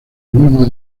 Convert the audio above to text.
mismo